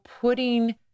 putting